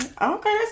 Okay